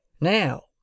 Now